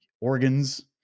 organs